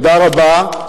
תודה רבה,